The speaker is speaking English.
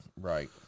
right